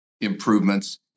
improvements